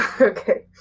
Okay